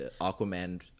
Aquaman